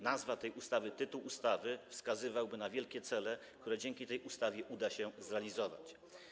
Nazwa tej ustawy, jej tytuł wskazywałby na wielkie cele, które dzięki tej ustawie uda się zrealizować.